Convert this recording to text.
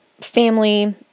family